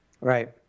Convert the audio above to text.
Right